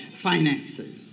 finances